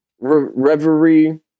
Reverie